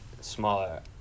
smaller